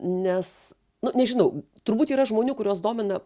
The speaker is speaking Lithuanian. nes nu nežinau turbūt yra žmonių kuriuos domina